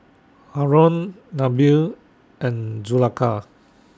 Haron Nabil and Zulaikha